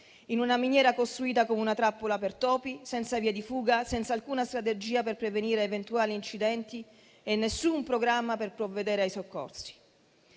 in una miniera costruita come una trappola per topi senza vie di fuga, senza alcuna strategia per prevenire eventuali incidenti e alcun programma per provvedere ai soccorsi.